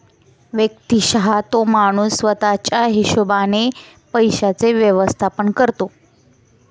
व्यक्तिशः तो माणूस स्वतः च्या हिशोबाने पैशांचे व्यवस्थापन करतो